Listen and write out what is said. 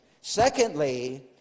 Secondly